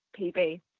PB